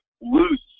loose